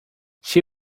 she